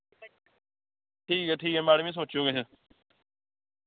ठीक ऐ ठीक ऐ मैडम जी सोच्चेओ किश